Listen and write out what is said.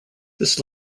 this